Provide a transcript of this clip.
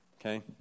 Okay